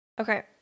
Okay